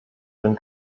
den